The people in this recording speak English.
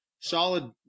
solid